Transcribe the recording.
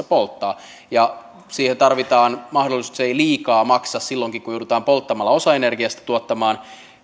polttaa ja siihen tarvitaan mahdollisuus ettei se liikaa maksa silloinkaan kun joudutaan polttamalla osa energiasta tuottamaan